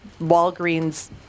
Walgreens